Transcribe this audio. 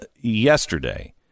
Yesterday